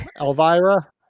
Elvira